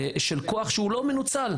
של כוח שהוא לא מנוצל,